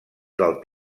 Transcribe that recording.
del